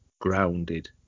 grounded